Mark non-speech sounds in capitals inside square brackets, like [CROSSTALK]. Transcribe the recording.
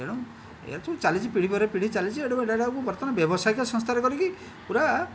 ତେଣୁ ଏହା ସବୁ ଚାଲିଛି ପିଢ଼ି ପରେ ପିଢ଼ି ଚାଲିଛି [UNINTELLIGIBLE] ଏଇଟାକୁ ବର୍ତ୍ତମାନ ବ୍ୟାବସାୟିକ ସଂସ୍ଥାରେ କରିକି ପୁରା